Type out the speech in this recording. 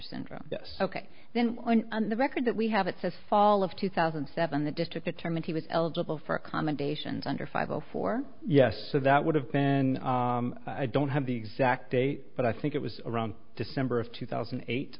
syndrome yes ok then on the record that we have it says fall of two thousand and seven the district attorney and he was eligible for accommodations under five zero four yes so that would have been i don't have the exact date but i think it was around december of two thousand and eight